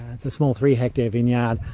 it's a small three hectare vineyard,